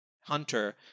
Hunter